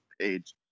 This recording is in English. page